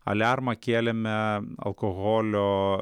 aliarmą kėlėme alkoholio